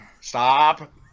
Stop